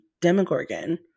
Demogorgon